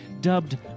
Dubbed